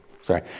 Sorry